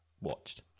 Watched